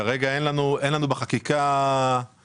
כרגע אין לנו בחקיקה אישורי פטור.